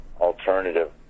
alternative